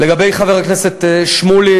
לגבי חבר הכנסת שמולי